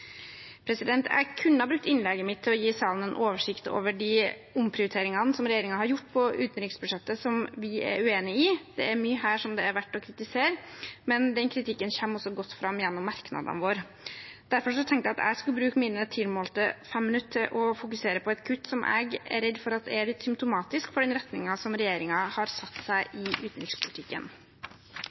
Jeg kunne ha brukt innlegget mitt til å gi salen en oversikt over de omprioriteringene regjeringen har gjort i utenriksbudsjettet som vi er uenig i. Det er mye her som det er verdt å kritisere, men kritikken kommer også godt fram gjennom merknadene våre. Derfor tenkte jeg at jeg skulle bruke mine tilmålte fem minutter til å fokusere på et kutt som jeg er redd er litt symptomatisk for den retningen som regjeringen har pekt ut i utenrikspolitikken.